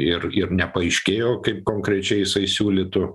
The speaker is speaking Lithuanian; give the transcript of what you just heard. ir ir nepaaiškėjo kaip konkrečiai jisai siūlytų